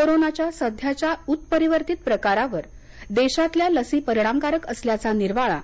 कोरोनाच्या सध्याच्या उत्परीवर्तीत प्रकारावर देशातल्या लसी परिणामकारक असल्याचा निर्वाळा